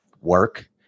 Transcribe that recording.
work